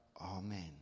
Amen